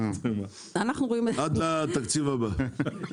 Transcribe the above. עד התקציב הבא.